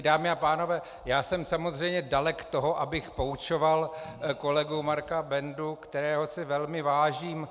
Dámy a pánové, já jsem samozřejmě dalek toho, abych poučoval kolegu Marka Bendu, kterého si velmi vážím.